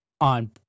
on